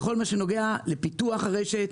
בכל מה שנוגע לפיתוח הרשת